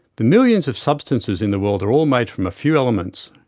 the millions of substances in the world are all made from a few elements,